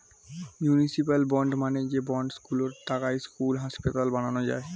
municipal bond মানে যে bond গুলোর টাকায় স্কুল, হাসপাতাল বানানো যায়